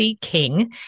King